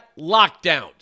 lockdowns